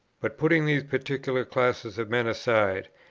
but putting these particular classes of men aside,